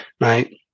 Right